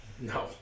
No